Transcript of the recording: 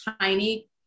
tiny